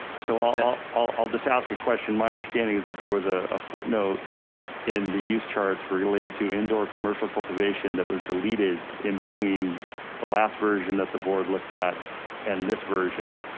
so um ah i'll i'll just ask a question. my understanding is that there was ah a footnote in the use charts related to indoor commercial cultivation that was deleted in between the last version that the board looked at and this version.